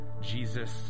Jesus